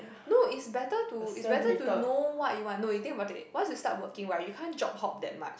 look it's better to it's better to know what you want no you think about it once you start working right you can't job hop that much